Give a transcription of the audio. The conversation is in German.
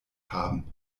haben